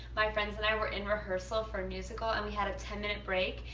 my friends and i were in rehearsal for a musical. and we had a ten minute break,